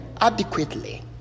adequately